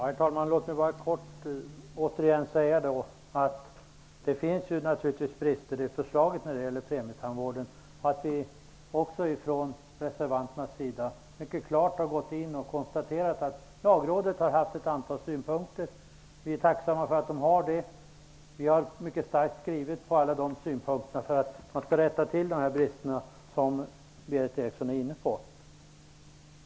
Herr talman! Låt mig bara kort återigen säga att det naturligtvis finns brister i förslaget om premietandvården. Vi reservanter har också klart konstaterat att Lagrådet har haft ett antal synpunkter, vilket vi är tacksamma för. Vi har gjort mycket starka skrivningar med utgångspunkt från dessa synpunkter för att de brister som Berith Eriksson tog upp skall rättas till.